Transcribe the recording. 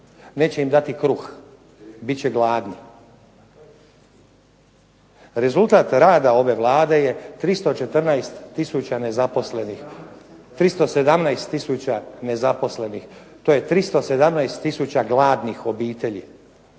Neće im dati kruh, bit će gladni. Rezultat rada ove Vlade je 314000 nezaposlenih, 317000 nezaposlenih. To je 317000 gladnih obitelji